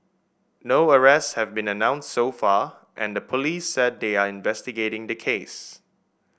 no arrests have been announced so far and the police said they are investigating the case